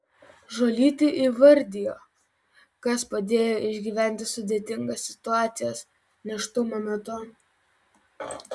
žuolytė įvardijo kas padėjo išgyventi sudėtingas situacijas nėštumo metu